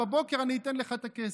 בבוקר אני אתן לך את הכסף.